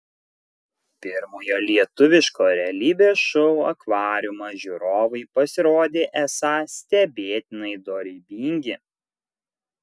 pirmojo lietuviško realybės šou akvariumas žiūrovai pasirodė esą stebėtinai dorybingi